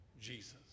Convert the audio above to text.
Jesus